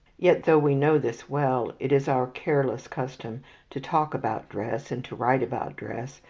yet though we know this well, it is our careless custom to talk about dress, and to write about dress,